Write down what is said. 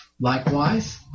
Likewise